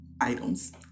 items